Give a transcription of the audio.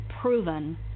proven